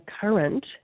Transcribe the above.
current